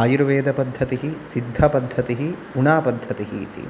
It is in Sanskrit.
आयुर्वेदपद्धतिः सिद्धपद्धतिः उनापद्धतिः इति